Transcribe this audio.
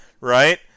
Right